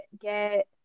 get